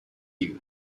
you